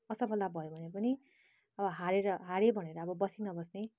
असफलता भयो भने पनि अब हारेर हारेँ भनेर अब बसी नबस्ने